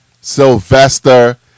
Sylvester